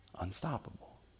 unstoppable